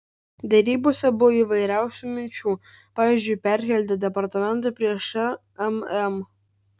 derybose buvo įvairiausių minčių pavyzdžiui perkelti departamentą prie šmm